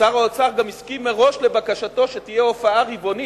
ושר האוצר גם הסכים מראש לבקשתו שתהיה הופעה רבעונית,